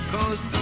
Cause